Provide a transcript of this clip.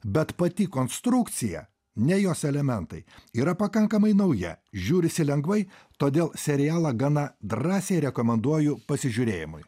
bet pati konstrukcija ne jos elementai yra pakankamai nauja žiūrisi lengvai todėl serialą gana drąsiai rekomenduoju pasižiūrėjimui